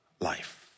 life